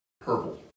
purple